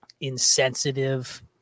insensitive